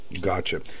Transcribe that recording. Gotcha